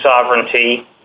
sovereignty